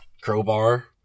Crowbar